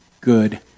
good